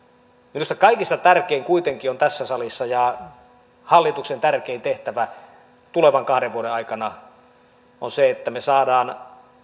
minusta kuitenkin tässä salissa kaikista tärkein ja hallituksen tärkein tehtävä tulevien kahden vuoden aikana on se että me saamme